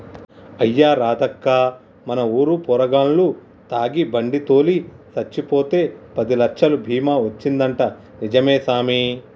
అయ్యా రాదక్కా మన ఊరు పోరగాల్లు తాగి బండి తోలి సచ్చిపోతే పదిలచ్చలు బీమా వచ్చిందంటా నిజమే సామి